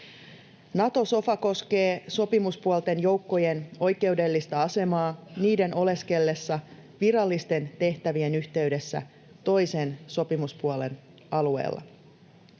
Nato-sofa koskee sopimuspuolten joukkojen oikeudellista asemaa niiden oleskellessa virallisten tehtävien yhteydessä toisen sopimuspuolen alueella.